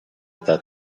eta